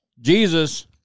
Jesus